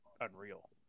unreal